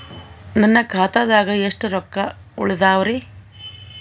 ನನ್ನ ಖಾತಾದಾಗ ಎಷ್ಟ ರೊಕ್ಕ ಉಳದಾವರಿ?